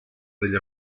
degli